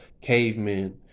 Cavemen